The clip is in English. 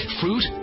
fruit